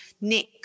nick